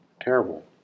Terrible